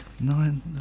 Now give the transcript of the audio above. Nine